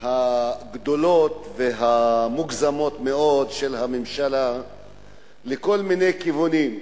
הגדולות והמוגזמות מאוד של הממשלה לכל מיני כיוונים,